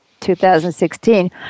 2016